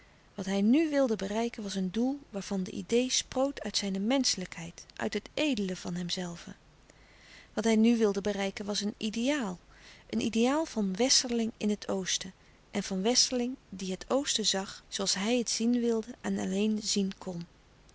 wat hij nu wilde bereiken was een doel waarvan de idee sproot uit zijne menschelijkheid uit het edele van hemzelven wat hij nu wilde bereiken was een ideaal een louis couperus de stille kracht ideaal van westerling in het oosten en van westerling die het oosten zag zooals hij het zien wilde en alleen zien kon